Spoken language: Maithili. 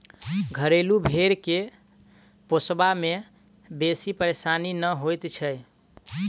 घरेलू भेंड़ के पोसबा मे बेसी परेशानी नै होइत छै